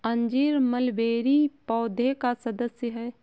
अंजीर मलबेरी पौधे का सदस्य है